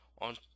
on